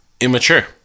immature